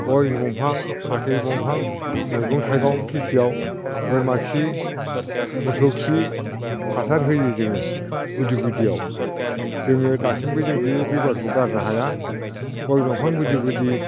गय दंफां फाथै दंफां मैगं थाइगं खिथियाव बोरमा खि मोसौ खि हासार होयो जोङो गुदि गुदियाव जोङो दासिमबो जों बि बेबहारखौ गारनो हाया गय दंफां गुदि गुदि